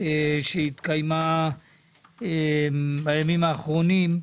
שהתקיימה בימים האחרונים,